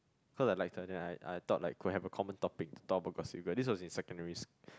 cause I liked her and then I I thought like could have a common topic to talk about Gossip Girl but this was in secondary school